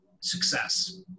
success